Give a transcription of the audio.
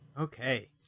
okay